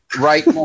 right